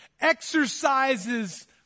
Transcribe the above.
exercises